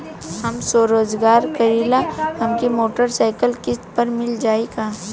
हम स्वरोजगार करीला हमके मोटर साईकिल किस्त पर मिल जाई का?